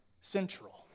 central